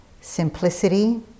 Simplicity